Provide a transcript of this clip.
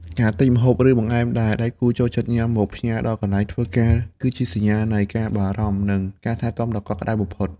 ការទិញម្ហូប ឬបង្អែមដែលដៃគូចូលចិត្តញ៉ាំមកផ្ញើដល់កន្លែងធ្វើការ គឺជាសញ្ញានៃការបារម្ភ និងការថែទាំដ៏កក់ក្ដៅបំផុត។